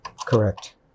Correct